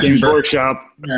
workshop